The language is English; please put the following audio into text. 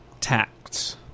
tacts